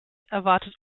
erwartet